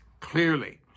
clearly